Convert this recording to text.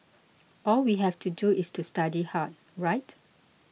all we have to do is to study hard right